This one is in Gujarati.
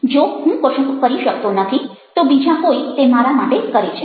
જો હું કશું કરી શકતો નથી તો બીજા કોઈ તે મારા માટે કરે છે